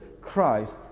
Christ